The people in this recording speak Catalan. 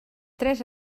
tres